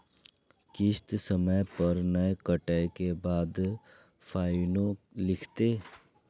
किस्त समय पर नय कटै के बाद फाइनो लिखते?